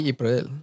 April